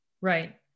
right